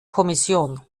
kommission